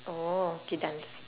orh okay dance